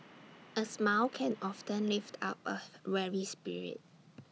A smile can often lift up A weary spirit